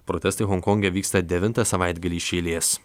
protestai honkonge vyksta devintą savaitgalį iš eilės